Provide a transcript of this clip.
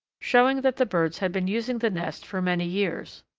showing that the birds had been using the nest for many years.